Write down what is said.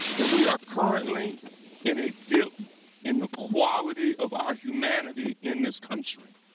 that we are currently in a dip in the quality of our humanity in this country.